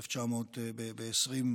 ב-2021,